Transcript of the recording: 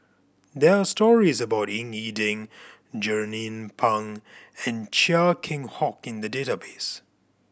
there are stories about Ying E Ding Jernnine Pang and Chia Keng Hock in the database